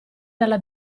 dalla